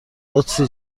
قدسی